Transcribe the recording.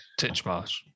Titchmarsh